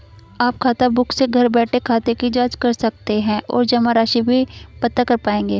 आप खाताबुक से घर बैठे खाते की जांच कर सकते हैं और जमा राशि भी पता कर पाएंगे